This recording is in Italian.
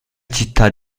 città